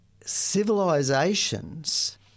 civilizations